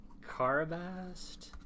Carabast